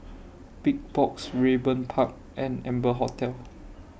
Big Box Raeburn Park and Amber Hotel